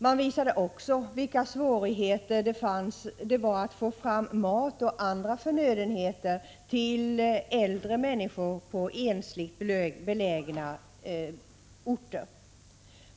Man visade också vilka stora svårigheter det var att få fram mat och andra förnödenheter till framför allt äldre i ensligt belägna bostäder.